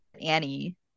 Annie